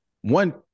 One